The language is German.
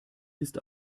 ist